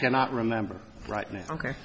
cannot remember right now ok